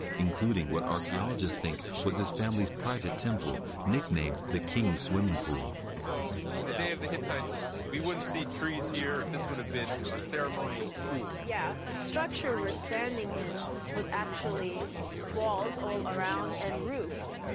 including what archaeologists think was his family's private temple, nicknamed the king's swimming pool. so, in the day of the hittites, we wouldn't see trees here this would have been a ceremonial pool? yeah. the structure we're standing in was actually walled all around and roofed.